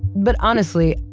but honesty,